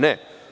Ne.